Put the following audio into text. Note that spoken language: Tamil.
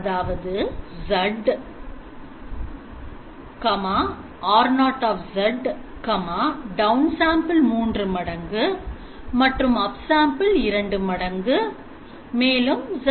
அதாவது Z R0 downsample 3 மடங்குupsample2 மடங்கு z −1